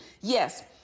Yes